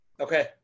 Okay